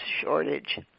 shortage